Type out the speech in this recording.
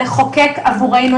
לחוקק עבורנו,